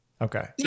Okay